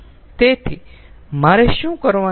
તેથી મારે શું કરવાનું છે